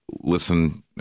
listen